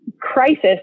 crisis